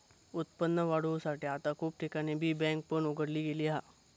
उत्पन्न वाढवुसाठी आता खूप ठिकाणी बी बँक पण उघडली गेली हा